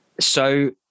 So-